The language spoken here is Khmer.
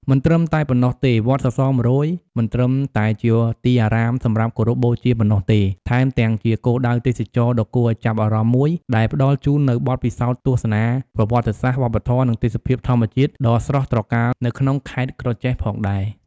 មិនត្រឹមតែប៉ុណ្ណោះទេវត្តសរសរ១០០ មិនត្រឹមតែជាទីអារាមសម្រាប់គោរពបូជាប៉ុណ្ណោះទេ ថែមទាំងជាគោលដៅទេសចរណ៍ដ៏គួរឱ្យចាប់អារម្មណ៍មួយ ដែលផ្តល់ជូននូវបទពិសោធន៍ទស្សនាប្រវត្តិសាស្ត្រ វប្បធម៌ និងទេសភាពធម្មជាតិដ៏ស្រស់ត្រកាលនៅក្នុងខេត្តក្រចេះផងដែរ ។